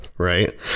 right